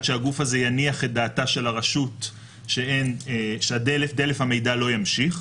שהגוף הזה יניח את דעתה של הרשות שדלף המידע לא ימשיך,